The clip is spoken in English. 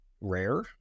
rare